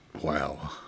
Wow